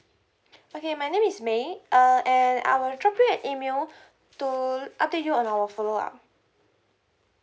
okay my name is may uh and I will drop you an email to update you on our follow-up